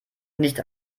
nicht